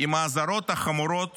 עם האזהרות החמורות